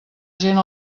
gent